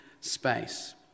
space